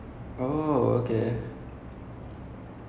normally the payasam that we have here is like the